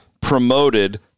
promoted